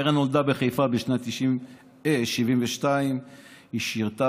קרן נולדה בחיפה בשנת 1972. היא שירתה